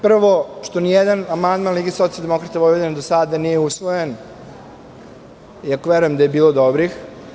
Prvo, nijedan amandman Lige socijaldemokrata Vojvodine do sada nije usvojen, iako verujem da je bilo dobrih.